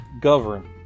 govern